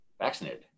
vaccinated